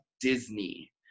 Disney